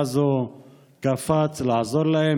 ואז הוא קפץ לעזור להם,